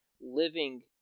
living